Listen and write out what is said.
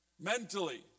mentally